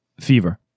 fever